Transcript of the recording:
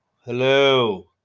Hello